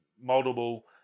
multiple